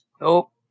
Nope